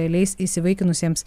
leis įsivaikinusiems